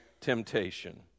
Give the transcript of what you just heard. temptation